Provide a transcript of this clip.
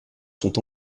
sont